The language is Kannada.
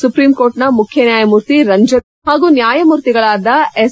ಸುಪ್ರೀಂಕೋರ್ಟ್ನ ಮುಖ್ಯ ನ್ಲಾಯಮೂರ್ತಿ ರಂಜನ್ ಗೊಗೋಯ್ ಹಾಗೂ ನ್ಲಾಯಮೂರ್ತಿಗಳಾದ ಎಸ್